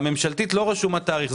בממשלתית לא רשום התאריך.